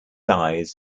eyes